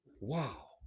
wow